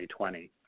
2020